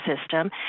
system